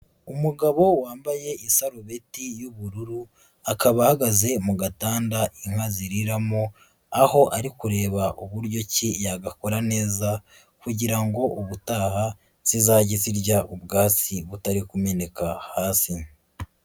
Umugabo wambaye isarubeti y'ubururu, akaba ahagaze mu gatanda inka ziriramo, aho ari kureba uburyo ki yagakora neza kugira ngo ubutaha zizajye zirya ubwatsi butari kumeneka hasi.